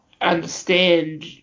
understand